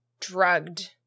drugged